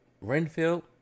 renfield